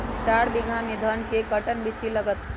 चार बीघा में धन के कर्टन बिच्ची लगतै?